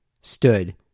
stood